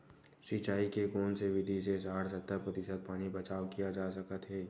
सिंचाई के कोन से विधि से साठ सत्तर प्रतिशत पानी बचाव किया जा सकत हे?